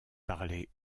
parler